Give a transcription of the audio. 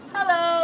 Hello